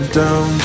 down